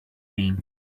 mean